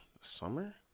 summer